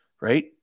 Right